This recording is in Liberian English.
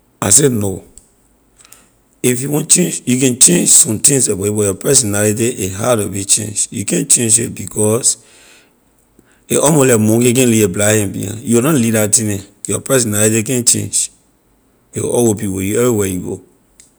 I say no if you want change you can change somethings about you but your personality a hard to be change you can’t change it because a almost like monkey can’t lee a black hand behind you will na lee la thing neh your personality can’t change a will always be with you anywhere you go.